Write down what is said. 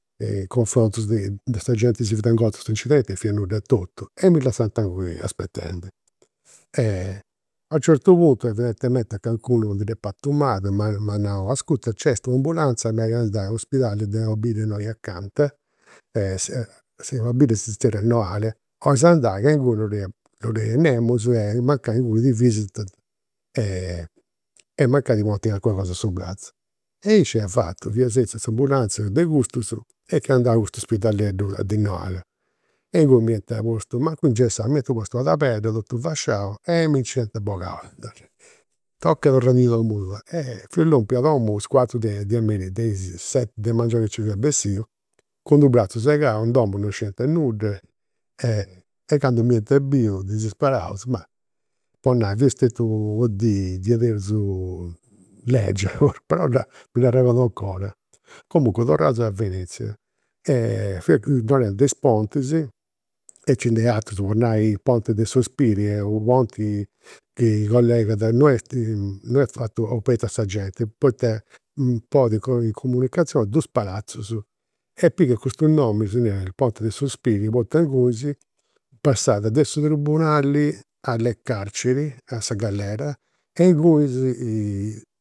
Cunfrontus de sa genti chi si fiat ingorta in cust'incidenti, fiat nudda a totu. E mi lassant inguni aspetendi. A u' certu puntu, evidentementi a calincunu ndi dd'est partu mali, m'at nau, ascurta nc'est un'ambulanza andai a s'uspidali de una bidda innoi acanta e una bidda si zerriat Noale, 'olis andai ca inguni non ddo' est nemus e mancai inguni ti visitant e mancai ti ponint calincuna cosa a su bratzu. Aici ia fatu, fia setziu in s'ambulanza de custus e fia andau in cust' uspedaleddu di Noale. Inguni m'iant postu, mancu ingessau, m'iant postu una tabedda totu fasciau e mi nc'iant bogau. Toca torradinci a domu tua. E fia lompiu a domu a is cuatru de a merì, de is seti de menngianu chi nci fia bessiu, cun d'unu bratzu segau, in domu non scidiant nudda e candu biu disisperaus, ma po nai, fiat stetia una dì diaderus legia però mi dd'arregodu 'ncora. Comunque torraus a Venezia, fiau narendu de is pontis, e nci nd'est aturus po nai, il ponte dei Sospiri, est u' ponti chi collegat, non est non est fatu opertu a sa genti, poita ponit in comunicazioni dus palazus. E pigat custu nomini, ponte dei sospiri, poita passat de su tribunali alle carceri, a sa galera, e ingunis